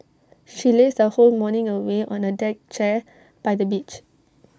she lazed her whole morning away on the deck chair by the beach